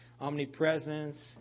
omnipresence